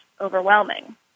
overwhelming